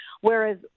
whereas